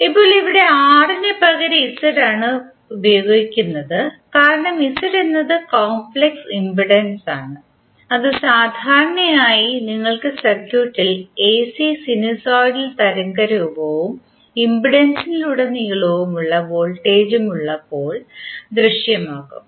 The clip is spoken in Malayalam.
ഇപ്പോൾ ഇവിടെ R ന് പകരം Z ആണ് ഉപയോഗിക്കുന്നത് കാരണം Z എന്നത് കോംപ്ലക്സ് ഇംപെഡൻസാണ് അത് സാധാരണയായി നിങ്ങൾക്ക് സർക്യൂട്ടിൽ എസി സിനുസോയ്ഡൽ തരംഗ രൂപവും ഇംപെഡൻസിലുടനീളം വോൾട്ടേജും ഉള്ളപ്പോൾ ദൃശ്യമാകും